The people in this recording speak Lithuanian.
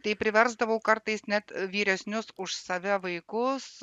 tai priversdavau kartais net vyresnius už save vaikus